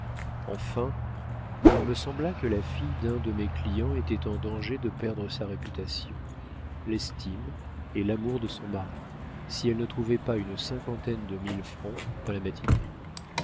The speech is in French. enfin il me sembla que la fille d'un de mes clients était en danger de perdre sa réputation l'estime et l'amour de son mari si elle ne trouvait pas une cinquantaine de mille francs dans la matinée